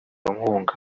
nkunga